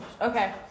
Okay